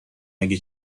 اگه